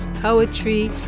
poetry